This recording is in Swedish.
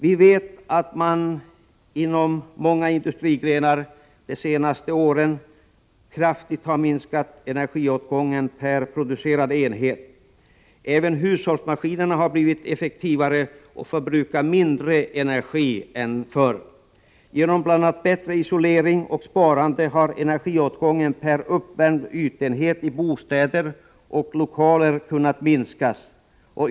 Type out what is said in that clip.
Vi vet att man inom många industrigrenar de senaste åren kraftigt har minskat energiåtgången per producerad enhet. Även hushållsmaskinerna har blivit effektivare och förbrukar mindre energi än förr. Genom bl.a. bättre isolering och sparande har energiåtgången per uppvärmd ytenhet i bostäder och lokaler kunnat minskas.